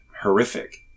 horrific